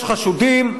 יש חשודים,